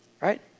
Right